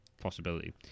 possibility